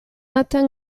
atteint